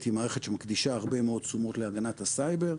היא מערכת שמקדישה הרבה מאוד תשומות להגנת הסייבר.